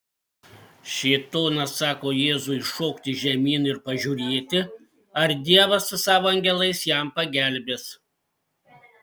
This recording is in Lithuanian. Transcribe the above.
šėtonas sako jėzui šokti žemyn ir pažiūrėti ar dievas su savo angelais jam pagelbės